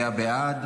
להעביר את